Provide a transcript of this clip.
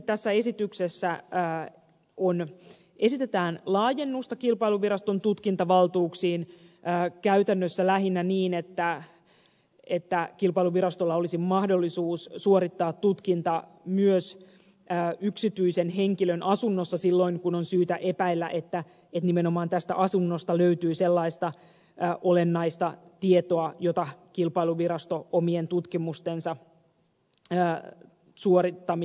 tässä esityksessä esitetään laajennusta kilpailuviraston tutkintavaltuuksiin käytännössä lähinnä niin että kilpailuvirastolla olisi mahdollisuus suorittaa tutkinta myös yksityisen henkilön asunnossa silloin kun on syytä epäillä että nimenomaan tästä asunnosta löytyy sellaista olennaista tietoa jota kilpailuvirasto omien tutkimustensa suorittamiseksi tarvitsee